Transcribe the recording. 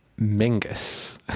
Mingus